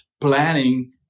planning